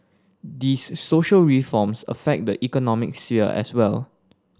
these social reforms affect the economic sphere as well